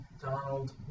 donald